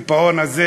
הקיפאון הזה,